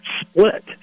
split